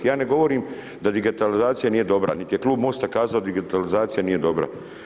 Ja ne govorim da digitalizacija nije dobra, niti je Klub Mosta digitalizacija nije dobra.